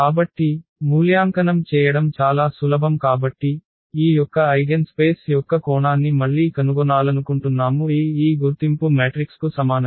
కాబట్టి మూల్యాంకనం చేయడం చాలా సులభం కాబట్టి ఈ యొక్క ఐగెన్ స్పేస్ యొక్క కోణాన్ని మళ్ళీ కనుగొనాలనుకుంటున్నాము A ఈ గుర్తింపు మ్యాట్రిక్స్కు సమానంగా